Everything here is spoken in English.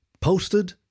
Posted